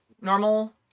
Normal